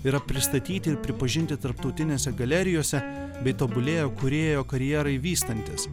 yra pristatyti ir pripažinti tarptautinėse galerijose bei tobulėjo kūrėjo karjerai vystantis